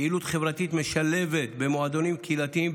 פעילות חברתית משלבת במועדונים קהילתיים,